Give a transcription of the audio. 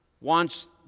wants